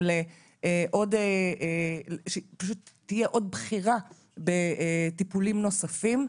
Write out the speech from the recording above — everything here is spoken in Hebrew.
כדי שתהיה עוד בחירה בטיפולים נוספים,